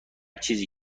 چیزی